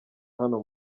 hano